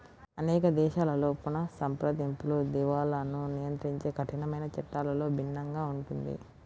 అనేక దేశాలలో పునఃసంప్రదింపులు, దివాలాను నియంత్రించే కఠినమైన చట్టాలలో భిన్నంగా ఉంటుంది